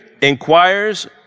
inquires